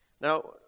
Now